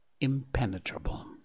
impenetrable